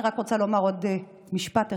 ברשותך, אני רוצה לומר רק עוד משפט אחד.